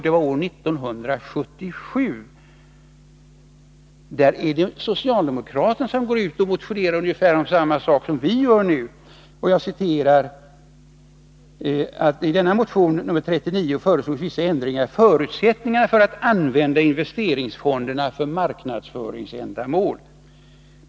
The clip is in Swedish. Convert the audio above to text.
Där motionerar socialdemokraterna om ungefär samma sak som vi nu har reserverat oss för! Man föreslår i den motionen vissa ändringar och talar om förutsättningarna för att använda investeringsfonderna för marknadsföringsändamål.